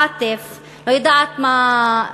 עאטף, לא יודעת מה,